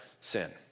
sin